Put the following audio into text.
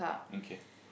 okay